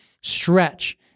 stretch